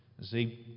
see